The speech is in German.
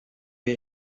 wir